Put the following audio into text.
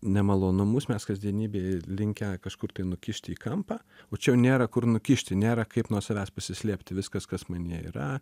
nemalonumus mes kasdienybėje linkę kažkur nukišti į kampą o čia jau nėra kur nukišti nėra kaip nuo savęs pasislėpti viskas kas manyje yra